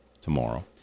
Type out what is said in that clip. tomorrow